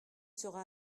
sera